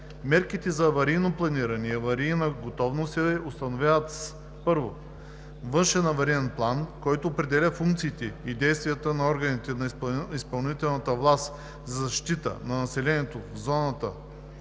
Мерките за аварийно планиране и аварийна готовност се установяват с: 1. външен авариен план, който определя функциите и действията на органите на изпълнителната власт за защита на населението в зоната